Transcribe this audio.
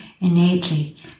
innately